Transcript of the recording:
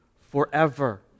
Forever